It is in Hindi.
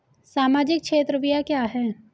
सामाजिक क्षेत्र व्यय क्या है?